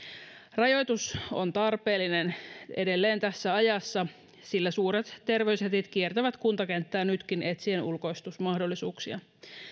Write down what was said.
rajoitus on tarpeellinen edelleen tässä ajassa sillä suuret terveysjätit kiertävät kuntakenttää nytkin etsien ulkoistusmahdollisuuksia